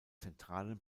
zentralen